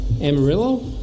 Amarillo